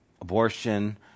abortion